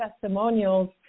testimonials